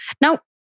Now